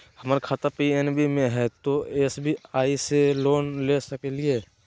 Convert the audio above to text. हमर खाता पी.एन.बी मे हय, तो एस.बी.आई से लोन ले सकलिए?